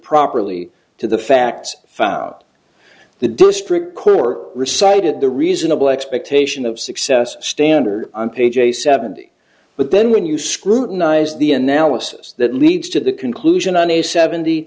properly to the facts found out the district court or recited the reasonable expectation of success standard on page a seventy but then when you scrutinize the analysis that leads to the conclusion on a seventy